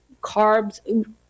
carbs